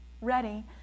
ready